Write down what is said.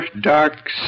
dark